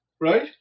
right